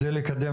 על מנת לקדם.